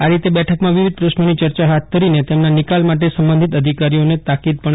આ રીતે બેઠકમાં વિવિધ પ્રશ્નોની ચર્ચા હાથ ધરીને તેમના નિકાલ માટે સંબંધીત અધિકારીઓને તાકીદ પણ કરાઇ હતી